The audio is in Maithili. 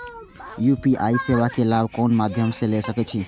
यू.पी.आई सेवा के लाभ कोन मध्यम से ले सके छी?